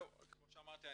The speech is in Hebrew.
כמו שאמרתי,